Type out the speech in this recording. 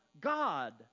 God